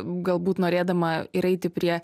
galbūt norėdama ir eiti prie